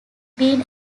been